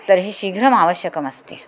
तर्हि शीघ्रमावश्यकमस्ति